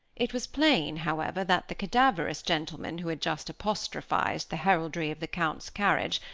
it was plain, however, that the cadaverous gentleman who had just apostrophized the heraldry of the count's carriage,